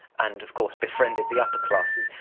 and of course befriended the upper classes,